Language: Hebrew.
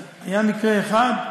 אז היה מקרה אחד,